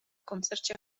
koncercie